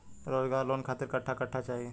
रोजगार लोन खातिर कट्ठा कट्ठा चाहीं?